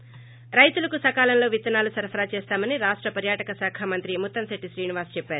ి రైతులకు సకాలంలో విత్తనాలు సరఫరా చేస్తామని రాష్ట పర్యాటక శాఖ మంత్రి ముత్తంశెట్టి శ్రీనివాస్ తెలిపారు